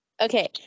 Okay